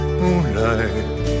Moonlight